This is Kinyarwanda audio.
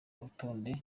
urutonde